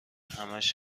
همش